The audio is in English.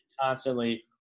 Constantly